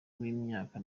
w’imyaka